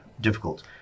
difficult